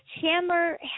Chandler